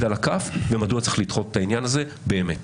על הכף ומדוע צריך לדחות את העניין הזה באמת.